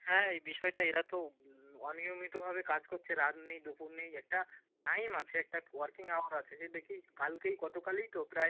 হ্যাঁ এই বিষয়টা এরা তো অনিয়মিতভাবে কাজ করছে রাত নেই দুপুর নেই একটা টাইম আছে একটা ওয়ার্কিং আওয়ার আছে এই দেখি কালকেই গতকালেই তো প্রায়